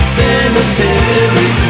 cemetery